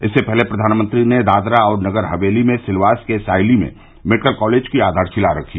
इससे पहले प्रधानमंत्री ने दादरा और नगर हवेली में सिल्वास के सायली में मेडिकल कॉलेज की आधारशिला रखी